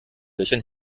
löchern